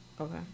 Okay